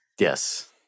Yes